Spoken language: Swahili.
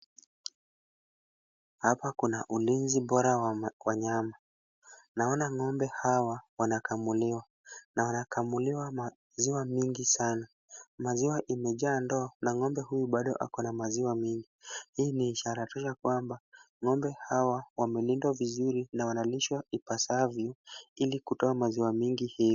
Hapa kuna ulinzi bora wa wanyama. Naona ng'ombe hawa wanakamuliwa na wanakamuliwa maziwa mingi sana. Maziwa imejaa ndoo na ng'ombe huyu bado ako na maziwa mingi. Hii ni ishara tosha kwamba ng'ombe hawa wamelindwa vizuri na wanalishwa ipasavyo ili kutoa maziwa mengi hivyo.